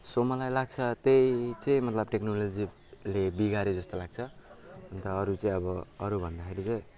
so मलाई लाग्छ छ त्यही चाहिँ मतलब टेक्नोलोजीले बिगाऱ्यो जस्तो लाग्छ अन्त अरू चाहिँ अब अरू भन्दाखेरि चाहिँ